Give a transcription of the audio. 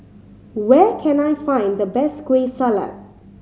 where can I find the best Kueh Salat